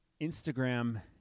Instagram